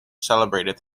celebrated